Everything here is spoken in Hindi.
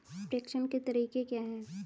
प्रेषण के तरीके क्या हैं?